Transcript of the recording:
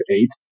eight